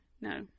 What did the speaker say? No